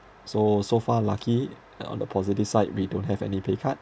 so so far lucky and on the positive side we don't have any pay cut